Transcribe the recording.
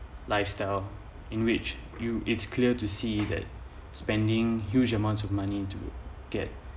lifestyle in which you it's clear to see that spending huge amounts of money to get